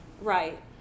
Right